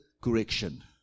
correction